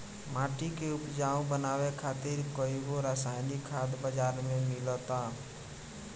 माटी के उपजाऊ बनावे खातिर कईगो रासायनिक खाद बाजार में मिलता